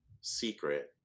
Secret